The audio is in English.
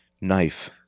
Knife